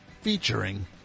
featuring